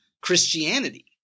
Christianity